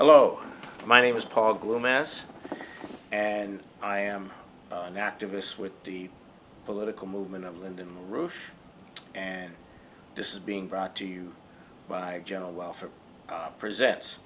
hello my name is paul glo mess and i am an activist with deep political movement of lyndon la rouche and this is being brought to you by general welfare presents